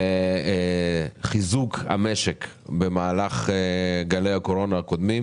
בחיזוק המשק במהלך גלי הקורונה הקודמים.